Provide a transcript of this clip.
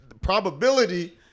probability